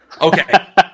Okay